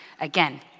again